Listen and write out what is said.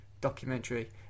documentary